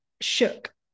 shook